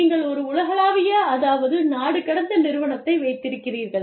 நீங்கள் ஒரு உலகளாவிய அதாவது நாடு கடந்த நிறுவனத்தை வைத்திருக்கிறீர்கள்